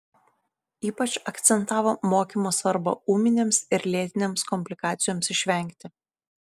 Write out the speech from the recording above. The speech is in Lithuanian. ypač akcentavo mokymo svarbą ūminėms ir lėtinėms komplikacijoms išvengti